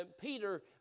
Peter